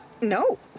No